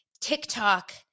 TikTok